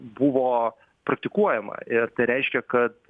buvo praktikuojama ir tai reiškia kad